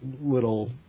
little